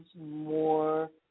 more